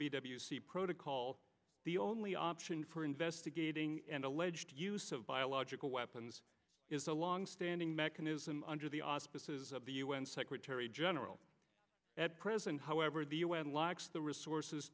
beat c protocol the only option for investigating an alleged use of biological weapons is a long standing mechanism under the auspices of the un secretary general at present however the un lacks the resources